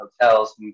hotels